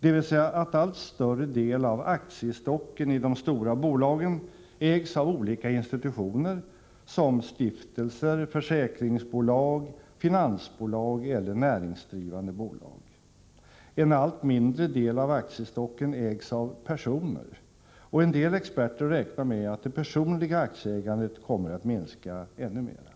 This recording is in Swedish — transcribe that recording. dvs. att allt större del av aktiestocken i de stora bolagen ägs av olika institutioner såsom stiftelser, försäkringsbolag, finansbolag eller näringsdrivande bolag. En allt mindre del av aktiestocken ägs av personer, och en del experter räknar med att det personliga aktieägandet kommer att minska ännu mer.